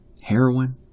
Heroin